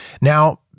Now